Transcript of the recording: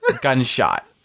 gunshot